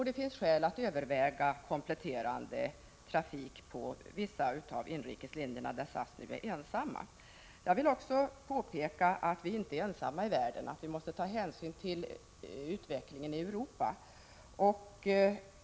Det finns skäl att överväga kompletterande trafik på vissa av inrikeslinjerna, där SAS nu är ensamt. Jag vill också påpeka att vi måste ta hänsyn till utvecklingen i Europa.